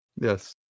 Yes